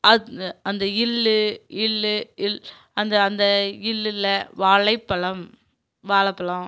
ஆத் நு அந்த ழ் ள் ல் அந்த அந்த ழ்ல வாழைப்பழம் வாலப்பலோம்